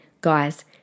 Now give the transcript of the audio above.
Guys